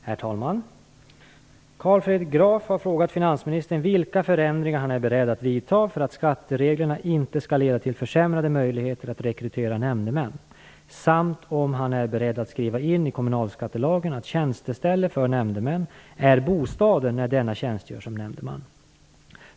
Herr talman! Carl Fredrik Graf har frågat finansministern vilka förändringar han är beredd att vidta för att skattereglerna inte skall leda till försämrade möjligheter att rekrytera nämndemän samt om han är beredd att skriva in i kommunalskattelagen att tjänsteställe för nämndeman är bostaden när denna tjänstgör som nämndeman.